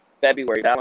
February